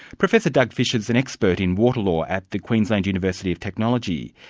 professor doug fisher is an expert in water law at the queensland university of technology.